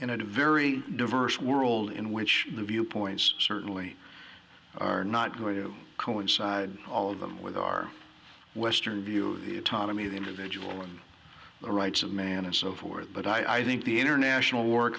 in a very diverse world in which the viewpoints certainly are not going to coincide all of them with our western view the autonomy of the individual and the rights of man and so forth but i think the international work